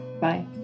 Bye